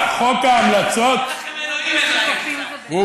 אבל אם אני הייתי אומר לך מילה היית צועקת: שוביניסט.